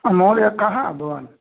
आ महोदय कः भवान्